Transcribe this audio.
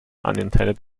unintended